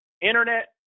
internet